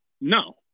No